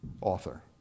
author